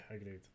agreed